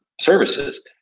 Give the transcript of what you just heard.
services